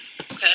Okay